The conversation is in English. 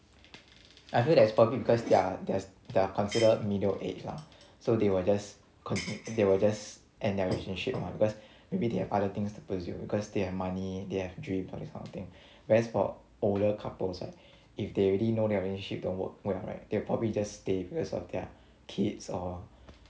I feel that it's probably because they are they are considered middle age lah so they will just cont~ they will end their relationship mah because maybe they have other things to pursue because they have money they have dreams all this kind of thing whereas for older couples right if they already know their relationship don't work well right they'll probably just stay because of their kids or